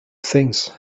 things